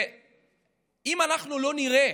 אם אנחנו לא נראה